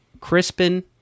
Crispin